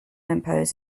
impose